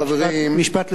אני מסיים.